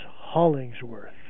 Hollingsworth